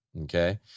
okay